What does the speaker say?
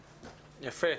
יפה.